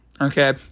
okay